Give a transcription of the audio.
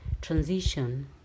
transition